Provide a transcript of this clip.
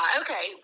okay